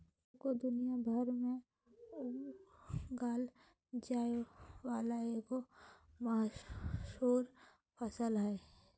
cocoa दुनिया भर में उगाल जाय वला एगो मशहूर फसल हइ